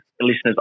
listeners